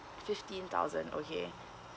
fifteen thousand okay